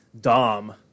Dom